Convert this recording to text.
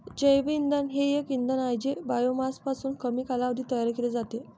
जैवइंधन हे एक इंधन आहे जे बायोमासपासून कमी कालावधीत तयार केले जाते